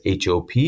HOP